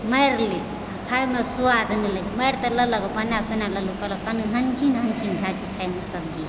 मारि लए खायमे स्वाद नहि मारि तऽ लेलक बना सुना लेलहुँ कहलक कनि नमकीन नमकीन भए गेलय खायमे सब्जी